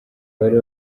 bari